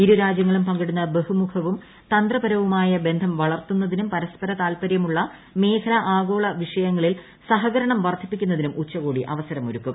ഇ്രുരാജ്യങ്ങളും പങ്കിടുന്ന ബഹുമുഖവും തന്ത്രപരവുമായ ബന്ധം വളർത്തുന്നതിനും പരസ്പര താത്പര്യമുള്ള മേഖലാ ആഗോള വിഷയങ്ങളിൽ സഹകരണം വർദ്ധിപ്പിക്കുന്നതിനും ഉച്ചകോടി അവസരമൊരുക്കും